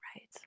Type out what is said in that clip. Right